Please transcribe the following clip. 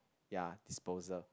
ya disposal